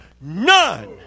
None